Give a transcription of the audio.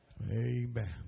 Amen